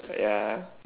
ya